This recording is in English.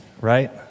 right